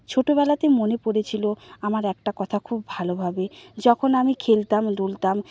ছোটবেলাতে মনে পড়েছিল আমার একটা কথা খুব ভালোভাবে যখন আমি খেলতাম ধুলতাম